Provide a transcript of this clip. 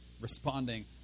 responding